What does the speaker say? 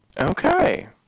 Okay